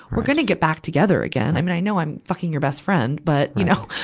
we're gonna get back together again. i mean, i know i'm fucking your best friend, but, you know,